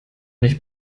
nicht